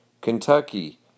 Kentucky